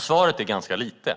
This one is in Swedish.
Svaret är: ganska lite.